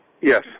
Yes